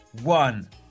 one